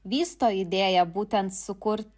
vysto idėją būtent sukurt